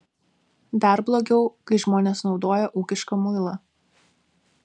dar blogiau kai žmonės naudoja ūkišką muilą